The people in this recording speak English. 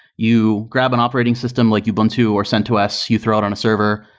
you grab an operating system like ubuntu or centos, you throw it on a server.